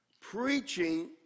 preaching